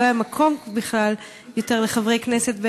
ולא היה יותר מקום לחברי כנסת.